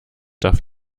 darf